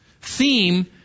theme